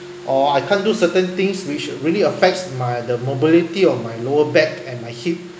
or I can't do certain things which would really affects my uh the mobility of my lower back and my hip